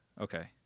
Okay